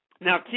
now